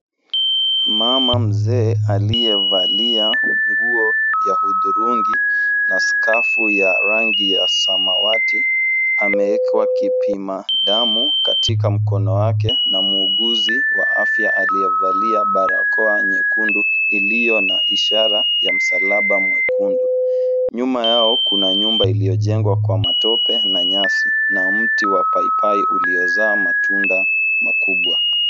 Mama mzee aliyevalia nguo ya hudhurungi, na skafu ya rangi ya samawati, amewekewa kipima damu katika mkono wake na muuguzi wa afya aliyevalia barakoa nyekundu, iliyo na ishara ya msalaba mwekundu. Nyuma yao kuna nyumba iliyojengwa kwa matope na nyasi, na mti wa paipai uliozaa matunda makubwa.